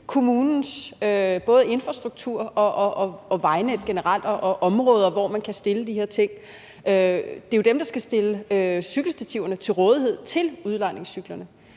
kommunens infrastruktur, til vejnettet generelt og til områder, hvor man kan stille de her ting. Det er jo dem, der skal stille cykelstativerne til rådighed til udlejningscyklerne.